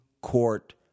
Court